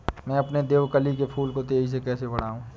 मैं अपने देवकली के फूल को तेजी से कैसे बढाऊं?